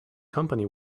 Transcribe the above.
company